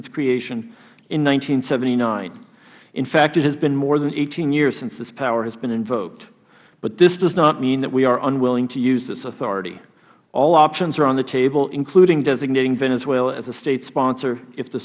and seventy nine in fact it has been more than eighteen years since this power has been invoked but this does not mean that we are unwilling to use this authority all options are on the table including designating venezuela as a state sponsor if the